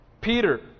Peter